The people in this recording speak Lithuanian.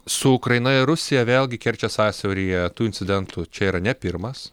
su ukraina ir rusija vėlgi kerčės sąsiauryje tų incidentų čia yra ne pirmas